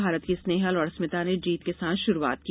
भारत की स्नेहल और अस्मिता ने जीत के साथ शुरूआत की